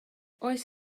oes